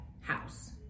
house